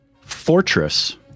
Fortress